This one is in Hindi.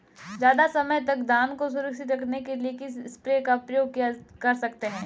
ज़्यादा समय तक धान को सुरक्षित रखने के लिए किस स्प्रे का प्रयोग कर सकते हैं?